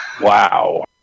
Wow